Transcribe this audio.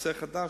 נושא חדש,